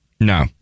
No